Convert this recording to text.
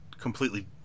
completely